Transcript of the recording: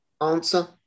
answer